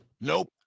Nope